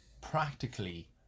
practically